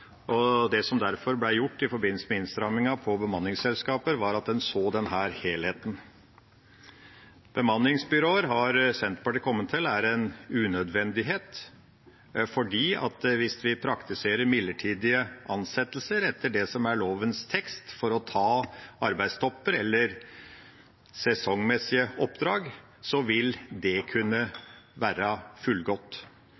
og det som derfor ble gjort i forbindelse med innstrammingen for bemanningsselskaper, var at en så denne helheten. Bemanningsbyråer, har Senterpartiet kommet til, er en unøvendighet, for hvis vi praktiserer midlertidige ansettelser etter det som er lovens tekst, for å ta arbeidstopper eller sesongmessige oppdrag, vil det